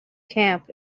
camp